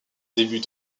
début